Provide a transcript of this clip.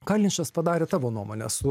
ka linčas padarė tavo nuomone su